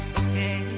okay